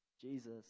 Jesus